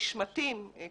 נשמטים בסופו של דבר,